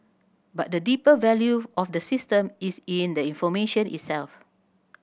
but the deeper value of the system is in the information itself